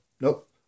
nope